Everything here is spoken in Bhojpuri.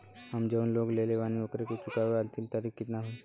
हम जवन लोन लेले बानी ओकरा के चुकावे अंतिम तारीख कितना हैं?